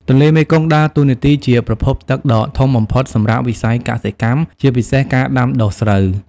ទន្លេមេគង្គដើរតួនាទីជាប្រភពទឹកដ៏ធំបំផុតសម្រាប់វិស័យកសិកម្ម ជាពិសេសការដាំដុះស្រូវ។